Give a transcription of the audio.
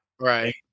Right